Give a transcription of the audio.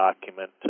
document